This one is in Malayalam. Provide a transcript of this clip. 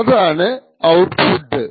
അതാണ് ഔട്പുട്ട്